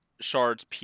Shards